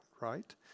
right